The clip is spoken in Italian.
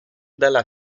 dalla